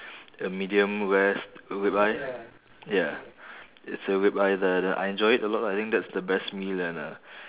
a medium rare s~ ribeye ya it's a ribeye there then I enjoy it a lot lah I think that's the best meal and uh